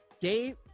Dave